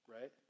right